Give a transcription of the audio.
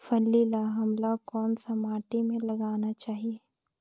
फल्ली ल हमला कौन सा माटी मे लगाना चाही?